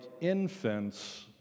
infants